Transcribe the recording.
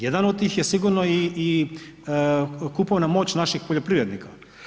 Jedan od tih je sigurno i kupovna moć naših poljoprivrednika.